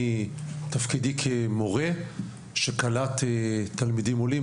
מתפקידי כמורה שקלט תלמידים עולים,